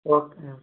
okay